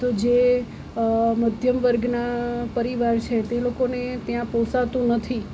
તો જે મધ્યમ વર્ગના પરિવાર છે તે લોકોને ત્યાં પોસાતું નથી